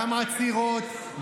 גם עצירות,